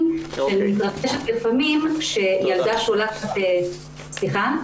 שמתרחשת לפעמים כאשר ילדה שולחת אותם.